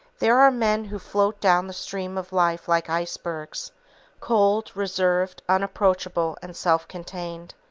there are men who float down the stream of life like icebergs cold, reserved, unapproachable and self-contained.